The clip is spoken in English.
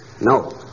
No